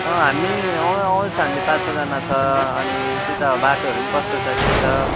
हामी आउँछ हामी पाँच छजना छ अनि त्यही त बाटोहरू पनि कस्तो छ के छ